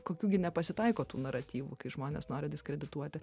kokių gi nepasitaiko tų naratyvų kai žmonės nori diskredituoti